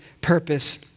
purpose